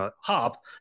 hop